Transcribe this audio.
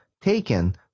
taken